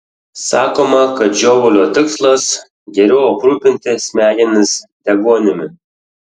sakoma kad žiovulio tikslas geriau aprūpinti smegenis deguonimi